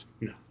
No